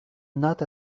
not